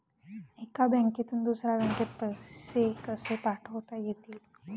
एका बँकेतून दुसऱ्या बँकेत पैसे कसे पाठवता येतील?